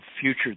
future